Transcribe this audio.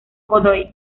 godoy